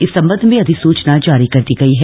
इस संबंध में अधिसूचना जारी कर दी गई है